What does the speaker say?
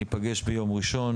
ניפגש ביום ראשון.